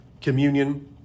communion